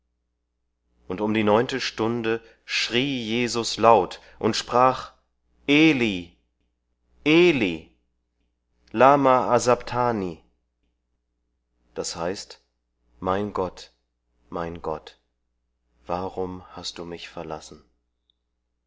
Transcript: und um die neunte stunde schrie jesus laut und sprach eli eli lama asabthani das heißt mein gott mein gott warum hast du mich verlassen